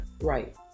Right